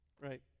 right